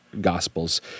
Gospels